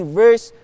verse